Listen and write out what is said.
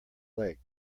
lake